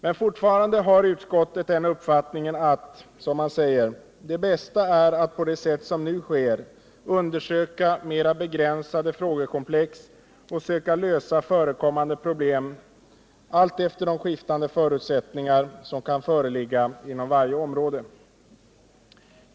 Fortfarande har dock utskottet den uppfattningen att det bästa är att på det sätt som nu sker undersöka mera begränsade frågekomplex och söka lösa förekommande problem allt efter de skiftande förutsättningar som kan föreligga inom varje område.